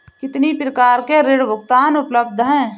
कितनी प्रकार के ऋण भुगतान उपलब्ध हैं?